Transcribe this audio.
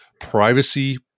privacy